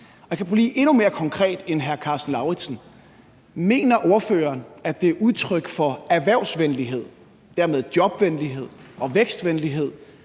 Jeg kan blive endnu mere konkret end hr. Karsten Lauritzen: Mener ordføreren, at det er udtryk for erhvervsvenlighed og dermed jobvenlighed og vækstvenlighed,